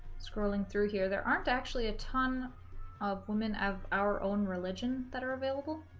scrolling through here there aren't actually a ton of women of our own religion that are available